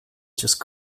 just